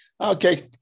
okay